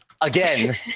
again